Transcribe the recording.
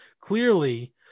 Clearly